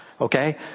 okay